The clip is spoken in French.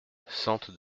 sente